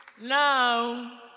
now